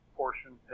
portion